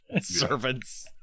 servants